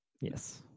Yes